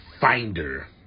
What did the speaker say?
finder